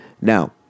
Now